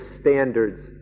standards